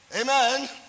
Amen